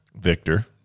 victor